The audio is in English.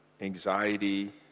anxiety